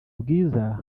bwiza